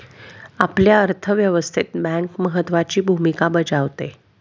आपल्या अर्थव्यवस्थेत बँक महत्त्वाची भूमिका बजावते